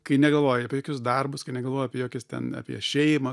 kai negalvoji apie jokius darbus kai negalvoji apie jokias ten apie šeimą